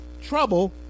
trouble